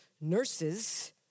nurses